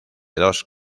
dos